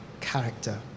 character